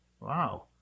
wow